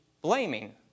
blaming